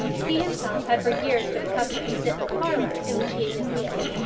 he himself had for years been accustomed to sit in the parlour, in which he ate his meals,